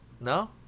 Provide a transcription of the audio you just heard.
No